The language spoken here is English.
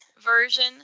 ...version